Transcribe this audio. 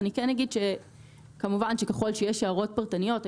אני כן אומר שכמובן שככל שיש הערות פרטניות,